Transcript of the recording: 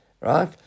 Right